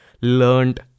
learned